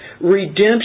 redemption